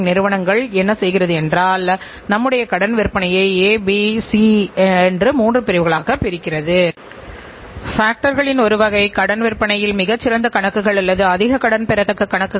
கொடுக்கப்பட்ட உள்ளீட்டுடன் ஒப்பிடும்போது மற்றும் குறைந்தபட்ச உற்பத்தி செலவுக்குள் மிகச்சிறந்த எண்ணிக்கையில் இறுதி உற்பத்தியைக் கொண்டு வர முடியும்